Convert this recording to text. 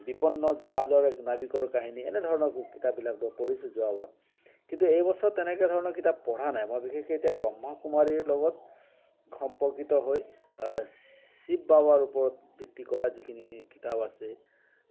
বিপন্ন জাহাজৰ এক নাৱিকৰ কাহিনী এনেধৰণৰ কু কিতাপবিলাক মই পঢ়িছোঁ যোৱাবাৰ কিন্তু এইবছৰ তেনেকুৱা ধৰণৰ কিতাপ পঢ়া নাই মই বিশেষকে এতিয়া ব্ৰহ্মকুমাৰীৰ লগত সম্পৰ্কিত হৈ শিব বাবাৰ ওপৰত ভিত্তি কৰা যিখিনি কিতাপ আছে